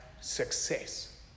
success